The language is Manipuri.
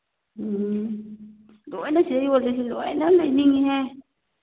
ꯎꯝ ꯂꯣꯏꯅ ꯁꯤꯗ ꯌꯣꯜꯂꯤꯁꯤ ꯂꯣꯏꯅ ꯂꯩꯅꯤꯡꯏꯍꯦ